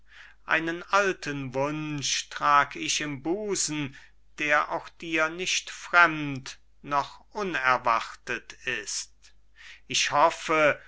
einen alten wunsch trag ich im busen der auch dir nicht fremd noch unerwartet ist ich hoffe